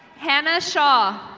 hannah shaw.